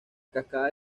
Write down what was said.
cascada